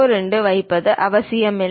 02 வைத்திருப்பது அவசியமில்லை